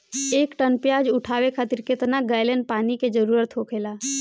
एक टन प्याज उठावे खातिर केतना गैलन पानी के जरूरत होखेला?